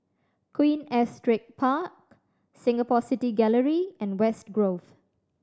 Queen Astrid Park Singapore City Gallery and West Grove